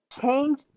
change